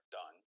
done